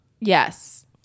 yes